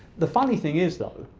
the funny thing is though,